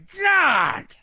God